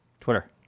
Twitter